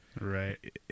Right